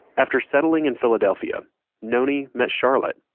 after settling in philadelphia noni met charlotte,